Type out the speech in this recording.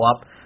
up